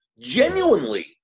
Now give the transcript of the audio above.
genuinely